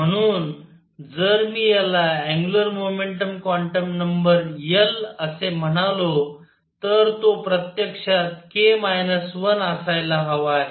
म्हणून जर मी याला angular momentum quantum number l असे म्हणालो तर तो प्रत्यक्षात k 1 असायला हवा आहे